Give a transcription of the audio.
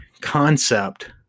concept